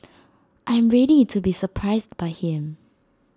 I am ready to be surprised by him